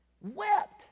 Wept